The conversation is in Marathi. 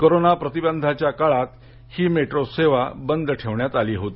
कोरोना प्रतिबंधाच्या काळात ही मेट्रो सेवा बंद ठेवण्यात आली होती